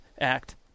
act